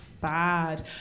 Bad